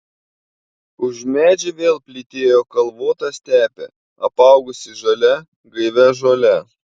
už medžių vėl plytėjo kalvota stepė apaugusi žalia gaivia žole